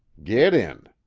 git in.